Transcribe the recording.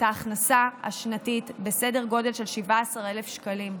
ההכנסה השנתית בסדר גודל של 17,000 שקלים.